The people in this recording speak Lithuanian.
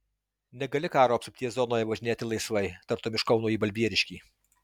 negali karo apsupties zonoje važinėti laisvai tartum iš kauno į balbieriškį